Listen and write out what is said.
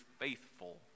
faithful